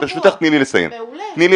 מעולה -- תני לי לסיים ברשותך.